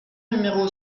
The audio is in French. numéro